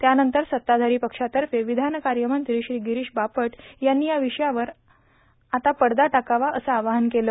त्यानंतर सत्ताधारी पक्षातर्फे विधान कार्यमंत्री श्री गिरीश बापट यांनी या विषयावर आता पडदा टाकावा असं आवाहन केलं